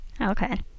Okay